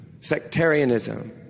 sectarianism